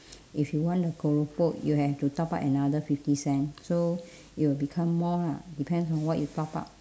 if you want the keropok you have to top up another fifty cent so it will become more lah depends on what you top up